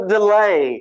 Delay